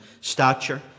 stature